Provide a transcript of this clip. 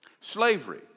Slavery